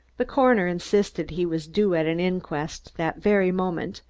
the coroner insisted he was due at an inquest that very moment,